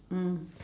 mm